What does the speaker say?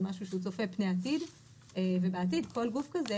זה משהו שהוא צופה פני עתיד ובעתיד כל גוף כזה